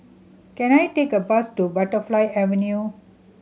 can I take a bus to Butterfly Avenue